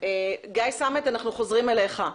גיא סמט אנחנו חוזרים אליך.